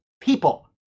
people